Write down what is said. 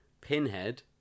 Pinhead